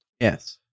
Yes